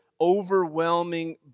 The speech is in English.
overwhelming